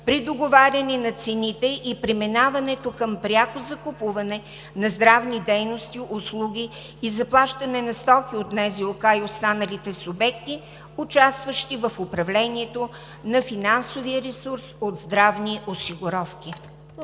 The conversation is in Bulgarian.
при договаряне на цените и преминаването към пряко закупуване на здравни дейности, услуги и заплащане на стоки от НЗОК и останалите субекти, участващи в управлението на финансовия ресурс от здравни осигуровки?